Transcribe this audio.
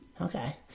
Okay